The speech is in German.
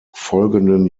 folgenden